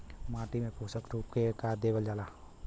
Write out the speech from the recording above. माटी में पोषण के रूप में का देवल जाला?